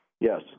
Yes